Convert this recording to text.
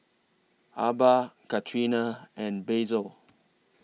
Arba Katerina and Basil